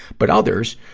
but others,